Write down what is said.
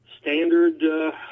standard